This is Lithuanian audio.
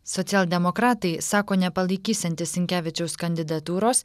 socialdemokratai sako nepalaikysiantys sinkevičiaus kandidatūros